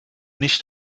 nicht